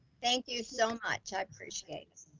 thank you so much. i appreciate this.